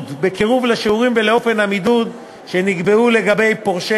המידוד בקירוב לשיעורים ולאופן המידוד שנקבעו לגבי פורשי